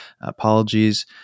apologies